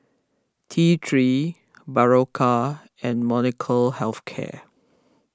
T three Berocca and Molnylcke Health Care